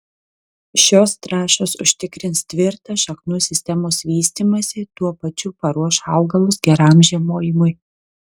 šios trąšos užtikrins tvirtą šaknų sistemos vystymąsi tuo pačiu paruoš augalus geram žiemojimui